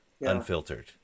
unfiltered